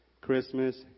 Christmas